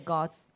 God's